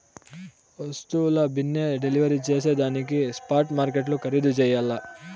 వస్తువుల బిన్నే డెలివరీ జేసేదానికి స్పాట్ మార్కెట్లు ఖరీధు చెయ్యల్ల